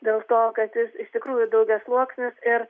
dėl to kad jis iš tikrųjų daugiasluoksnis ir